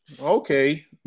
Okay